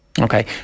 Okay